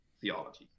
theology